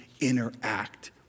interact